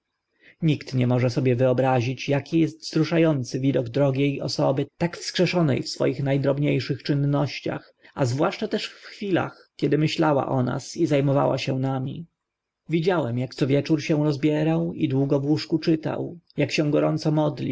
nikt nie może sobie wyobrazić ak est wzrusza ącym widok drogie osoby tak wskrzeszone w swoich na drobnie szych czynnościach a zwłaszcza też w chwilach kiedy myślała o nas i za mowała się nami widziałem ak co wieczór się rozbierał i długo w łóżku czytał ak się gorąco modlił